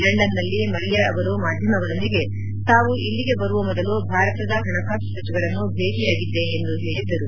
ಲಂಡನ್ನಲ್ಲಿ ಮಲ್ಯ ಅವರು ಮಾಧ್ಯಮಗಳೊಂದಿಗೆ ತಾವು ಇಲ್ಲಿಗೆ ಬರುವ ಮೊದಲು ಭಾರತದ ಹಣಕಾಸು ಸಚಿವರನ್ನು ಭೇಟಿಯಾಗಿದ್ದೆ ಎಂದು ಹೇಳಿದ್ದರು